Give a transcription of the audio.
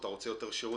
אתה רוצה יותר שירות?